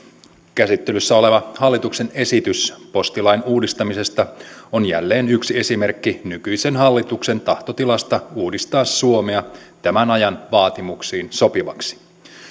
käsittelyssä oleva hallituksen esitys postilain uudistamisesta on jälleen yksi esimerkki nykyisen hallituksen tahtotilasta uudistaa suomea tämän ajan vaatimuksiin sopivaksi